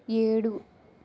ఏడు